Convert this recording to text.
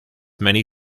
many